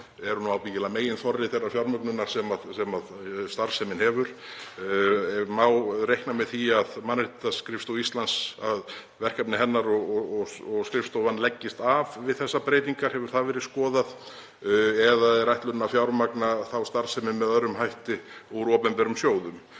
eru nú ábyggilega meginþorri þeirrar fjármögnunar sem starfsemin hefur. Má reikna með því að Mannréttindaskrifstofa Íslands og verkefni hennar leggist af við þessar breytingar? Hefur það verið skoðað eða er ætlunin að fjármagna þá starfsemi með öðrum hætti úr opinberum sjóðum?